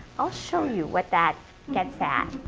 i'll show you what that gets at.